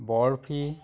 barfi